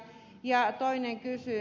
ja toinen kysymys